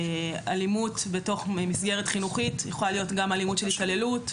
אלימות בתוך מסגרת חינוכית יכולה להיות גם אלימות של התעללות,